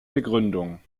begründung